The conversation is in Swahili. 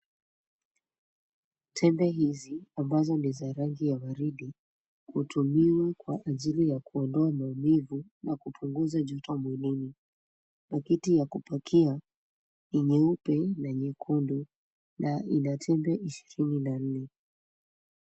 Tembe hizi ambazo ni za rangi ya waridi, hutumiwa kwa ajili ya kuondoa maumivu na kupunguza joto mwilini. Pakiti ya kupakia ni nyeupe na nyekundu na ina tembe ishirini na nne.